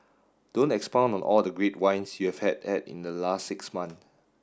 don't expound on all the great wines you've have had in the last six month